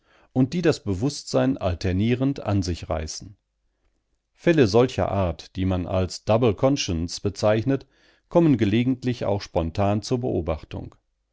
und die das bewußtsein alternierend an sich reißen fälle solcher art die man als double conscience bezeichnet kommen gelegentlich auch spontan zur beobachtung